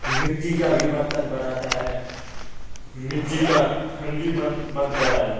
مٹی کا بھی برتن بناتا ہے مٹی کا ہانڈی بنتا ہے